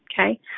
Okay